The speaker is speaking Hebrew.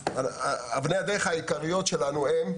אבני הדרך העיקריות שלנו הן: